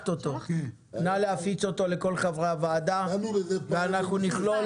נא להפיץ אותו לכל חברי הוועדה ואנחנו נכלול